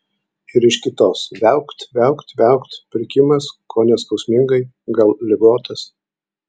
ir iš kitos viaukt viaukt viaukt prikimęs kone skausmingai gal ligotas